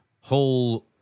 whole